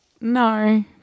no